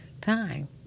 time